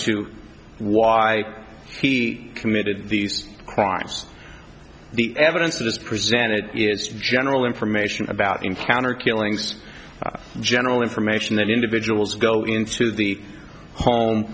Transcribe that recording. to why he committed these crimes the evidence just presented it's general information about encounter killings general information that individuals go into the home